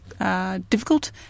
Difficult